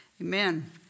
Amen